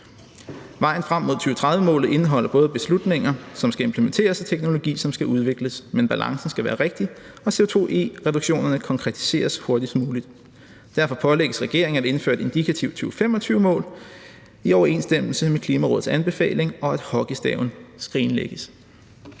Vejen frem mod 2030-målet indeholder både beslutninger, som skal implementeres, og teknologi, som skal udvikles, men balancen skal være rigtig, og CO2-e-reduktionerne konkretiseres hurtigst muligt. Derfor pålægges regeringen at indføre et indikativt 2025-reduktionsmål i overensstemmelse med Klimarådets anbefaling, og at hockeystaven skrinlægges.«